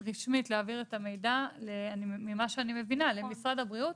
רשמית להעביר את המידע למשרד הבריאות,